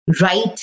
right